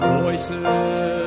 voices